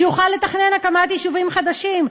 שיוכל לתכנן הקמת יישובים חדשים.